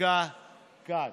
דווקא כאן.